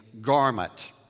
garment